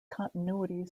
continuity